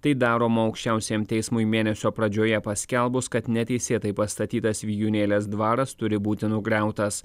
tai daroma aukščiausiajam teismui mėnesio pradžioje paskelbus kad neteisėtai pastatytas vijūnėlės dvaras turi būti nugriautas